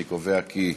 אני קובע כי הנושא: